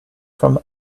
from